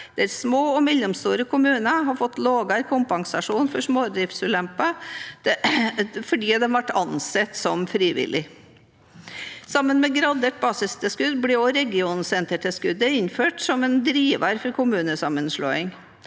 der små og mellomstore kommuner har fått lavere kompensasjon fordi smådriftsulempene ble ansett som frivillige. Sammen med gradert basistilskudd ble også regionsentertilskudd innført som en driver for kommunesammenslåing.